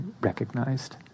recognized